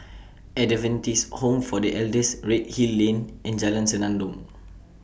Adventist Home For The Elders Redhill Lane and Jalan Senandong